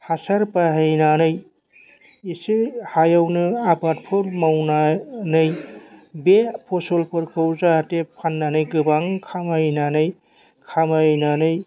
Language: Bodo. हासार बाहायनानै इसे हायावनो आबादफोर मावनानै बे फसलफोरखौ जाहाथे फाननानै गोबां खामायनानै खामायनानै